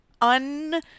un